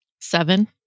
Seven